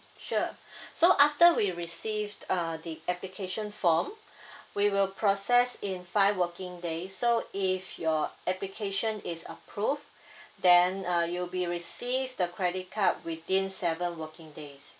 sure so after we receive uh the application form we will process in five working days so if your application is approved then uh you'll be receive the credit card within seven working days